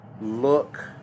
Look